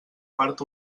part